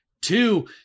Two